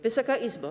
Wysoka Izbo!